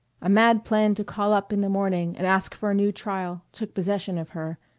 a mad plan to call up in the morning and ask for a new trial took possession of her,